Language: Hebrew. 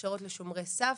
הכשרות לשומרי סף,